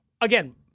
again